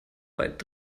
weit